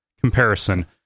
comparison